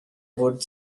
would